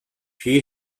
she